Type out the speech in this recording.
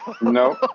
Nope